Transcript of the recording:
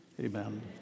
Amen